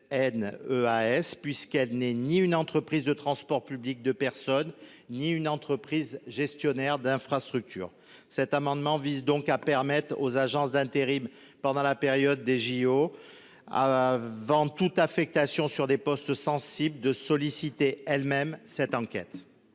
N. EAS puisqu'elle n'est ni une entreprise de transports publics de personne, ni une entreprise gestionnaire d'infrastructure, cet amendement vise donc à permettre aux agences d'intérim pendant la période des JO avant. Toute affectation sur des postes sensibles de solliciter elles-mêmes cette enquête.